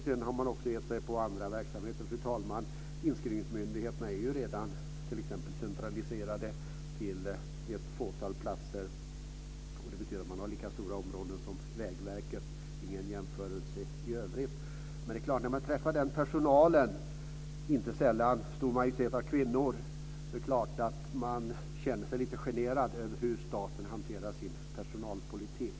Sedan har man gett sig på andra verksamheter. Fru talman! Inskrivningsmyndigheterna är redan centraliserade till ett fåtal platser. Det betyder att de handhar lika stora områden som Vägverket - ingen jämförelse i övrigt. När man träffar personalen - inte sällan en stor majoritet av kvinnor - är det klart att man känner sig lite generad över hur staten hanterar sin personalpolitik.